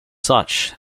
such